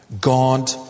God